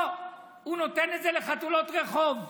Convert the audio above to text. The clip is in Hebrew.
לא, הוא נותן את זה לחתולות רחוב.